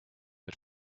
but